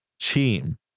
team